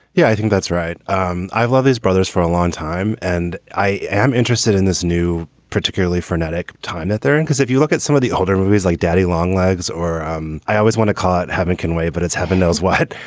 yeah, i think that's right. um i i love these brothers for a long time and i am interested in this new, particularly frenetic time that they're in, because if you look at some of the older movies like daddy long legs or um i always want to court haven't been way, but it's heaven knows what,